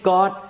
God